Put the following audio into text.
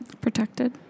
Protected